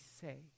say